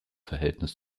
verhältnis